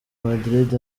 madrid